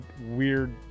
weird